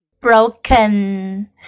broken